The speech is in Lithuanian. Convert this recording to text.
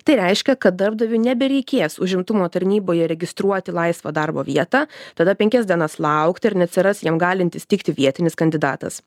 tai reiškia kad darbdaviui nebereikės užimtumo tarnyboje registruoti laisvą darbo vietą tada penkias dienas laukti ar neatsiras jiem galintis tikti vietinis kandidatas